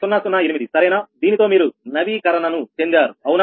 008 సరేనా దీనితో మీరు నవీకరణను చెందారు అవునా